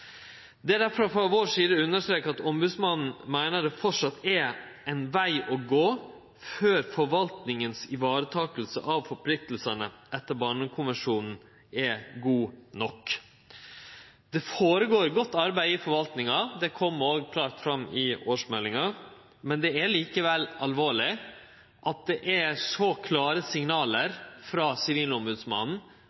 at ombodsmannen meiner at det framleis er ein veg å gå før forvaltninga varetek forpliktingane etter barnekonvensjonen på ein god nok måte. Det skjer godt arbeid i forvaltinga. Det kjem òg klart fram i årsmeldinga. Men det er likevel alvorleg at det er så klare signal